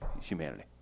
humanity